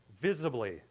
visibly